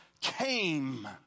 came